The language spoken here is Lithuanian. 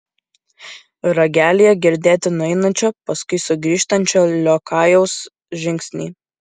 ragelyje girdėti nueinančio paskui sugrįžtančio liokajaus žingsniai